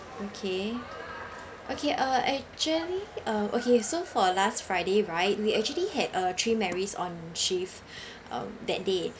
okay okay uh actually um okay so for last friday right they actually had uh three marys on shift um that day